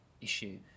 issue